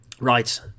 Right